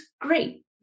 great